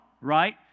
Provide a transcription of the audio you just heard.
right